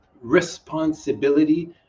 Responsibility